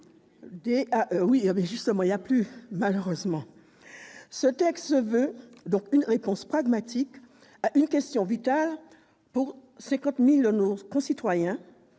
Ce texte se veut donc une réponse pragmatique à une question vitale : 50 000 de nos concitoyens